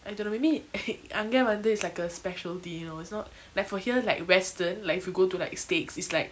I don't know maybe அங்கவந்து:angavanthu like a specialty you know it's not like for here like western like if you go to like steaks it's like